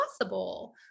possible